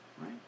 right